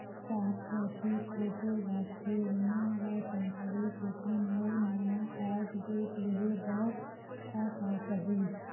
चार प्रति फोटो लगथे ओमन ला जानकारी देथन अऊ नावा पासबुक लेहे बार का का चाही?